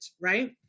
right